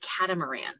catamaran